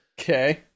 Okay